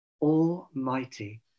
almighty